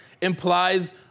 implies